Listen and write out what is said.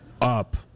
up